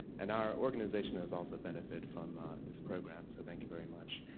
and our organization has also benefited from this program. so thank you very much.